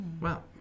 Wow